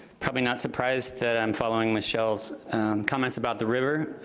probably not surprised that i'm following michelle's comments about the river.